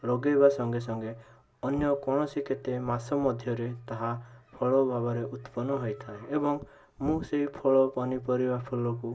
ଲଗେଇବା ସଙ୍ଗେ ସଙ୍ଗେ ଅନ୍ୟ କୌଣସି କେତେ ମାସ ମଧ୍ୟରେ ତାହା ଫଳ ଭାବରେ ଉତ୍ପନ୍ନ ହୋଇଥାଏ ଏବଂ ମୁଁ ସେ ଫଳ ପନିପରିବା ଫୁଲକୁ